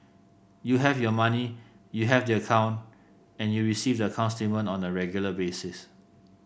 you have your money you have the account and you receive the account statement on a regular basis